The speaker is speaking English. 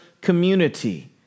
community